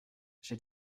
j’ai